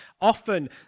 often